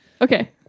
Okay